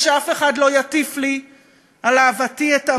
ושאף אחד לא יטיף לי על אהבתי את עמי,